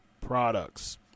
products